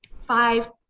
Five